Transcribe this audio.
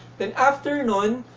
then after you know and